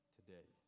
today